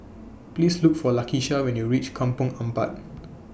Please Look For Lakisha when YOU REACH Kampong Ampat